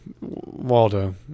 Waldo